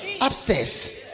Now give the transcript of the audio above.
upstairs